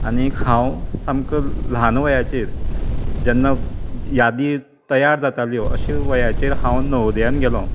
आनीक हांव सामको ल्हान वयाचेर जेन्ना यादीं तयार जाताल्यो अशे वयाचेर हांव नवोदयांत गेलो